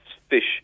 fish